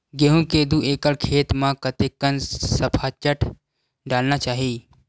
गेहूं के दू एकड़ खेती म कतेकन सफाचट डालना चाहि?